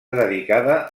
dedicada